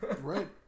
Right